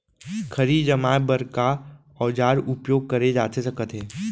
खरही जमाए बर का औजार उपयोग करे जाथे सकत हे?